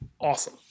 awesome